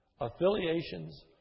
affiliations